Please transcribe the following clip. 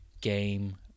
game